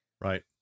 Right